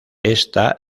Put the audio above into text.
ésta